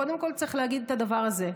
קודם כול צריך להגיד את הדבר הזה.